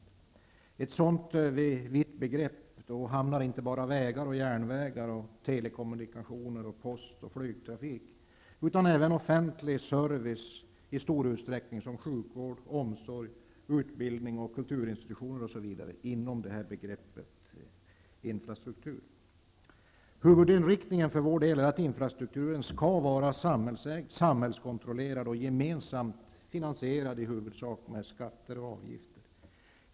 I ett sådant vitt begrepp hamnar inte bara vägar, järnvägar, telekommunikationer, post, flygtrafik och sjöfart utan även offentlig service i stor utsträckning, t.ex. sjukvård, omsorg, utbildning, kulturinstitutioner, osv. Huvudinriktningen för vår del är att infrastrukturen skall vara samhällsägd, samhällskontrollerad och gemensamt finansierad, i huvudsak med skatter och avgifter.